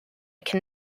can